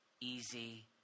easy